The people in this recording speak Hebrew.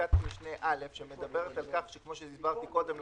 פסקת משנה (א) שמדברת על כך, כמו שהסברתי קודם,